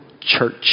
church